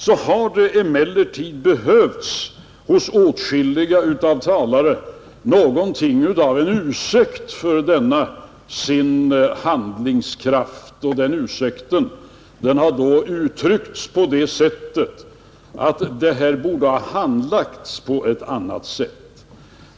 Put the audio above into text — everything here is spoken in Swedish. Det har emellertid hos åtskilliga talare behövts någonting av en ursäkt för denna deras handlingskraft och den ursäkten har då uttryckts på det sättet att frågan borde ha handlagts på ett annat sätt.